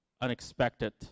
unexpected